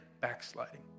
backsliding